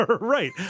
Right